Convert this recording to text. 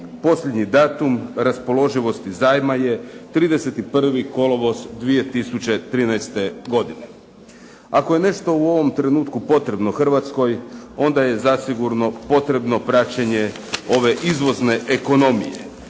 Posljednji datum raspoloživosti zajma je 31. kolovoz 2013. godine. Ako je nešto u ovom trenutku potrebno Hrvatskoj onda je zasigurno potrebno praćenje ove izvozne ekonomije.